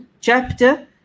Chapter